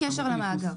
אין שום קשר למאגר.